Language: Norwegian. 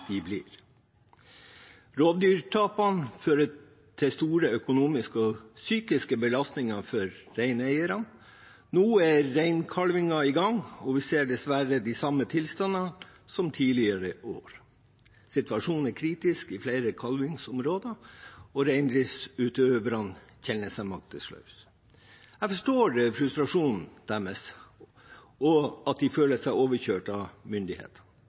de blir. Rovdyrtapene fører til store økonomiske og psykiske belastninger for reineierne. Nå er reinkalvingen i gang, og vi ser dessverre de samme tilstandene som tidligere år. Situasjonen er kritisk i flere kalvingsområder, og reindriftsutøverne kjenner seg maktesløse. Jeg forstår frustrasjonen deres, og at de føler seg overkjørt av